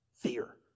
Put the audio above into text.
Fear